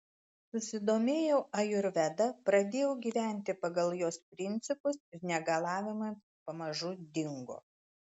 susidomėjau ajurveda pradėjau gyventi pagal jos principus ir negalavimai pamažu dingo